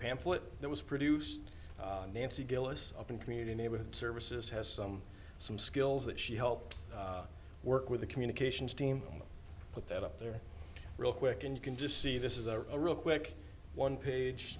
pamphlet that was produced nancy gillis up in community neighborhood services has some some skills that she helped work with the communications team put that up there real quick and you can just see this is a real quick one page